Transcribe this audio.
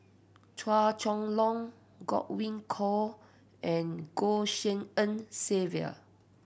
Chua Chong Long Godwin Koay and Goh Tshin En Sylvia